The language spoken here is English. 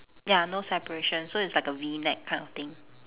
ya no separation so it's like a V neck kind of thing